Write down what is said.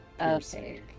Okay